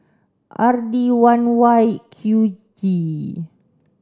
R D one Y Q G